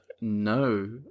no